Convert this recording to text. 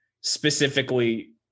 specifically